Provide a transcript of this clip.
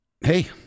hey